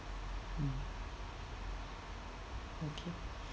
mm okay